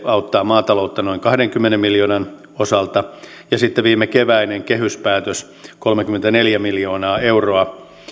auttaa maataloutta noin kahdenkymmenen miljoonan osalta ja sitten viimekeväinen kehyspäätös kolmekymmentäneljä miljoonaa euroa